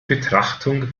betrachtung